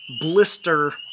blister